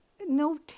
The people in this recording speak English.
no